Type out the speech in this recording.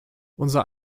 unser